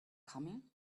coming